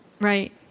right